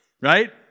right